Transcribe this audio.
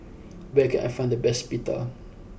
where can I find the best Pita